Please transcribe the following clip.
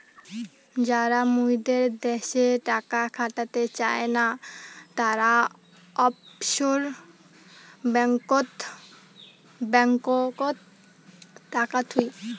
যারা মুইদের দ্যাশে টাকা খাটাতে চায় না, তারা অফশোর ব্যাঙ্ককোত টাকা থুই